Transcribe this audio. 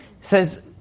says